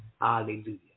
Hallelujah